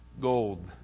gold